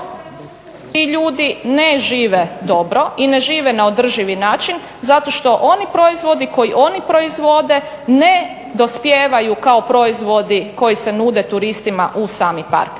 ti ljudi ne žive dobro i ne žive na održivi način zato što oni proizvodi koje oni proizvode ne dospijevaju kao proizvodi koji se nude turistima u sami park.